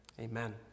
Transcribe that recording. amen